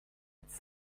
its